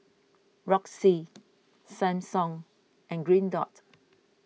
Roxy Samsung and Green Dot